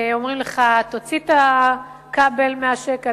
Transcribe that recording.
ואומרים לך תוציא את הכבל מהשקע,